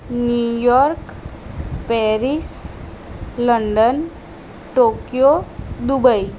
New York Paris London Tokyo Dubai